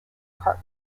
carp